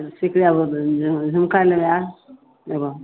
जहन झुमका लेबै आर एगो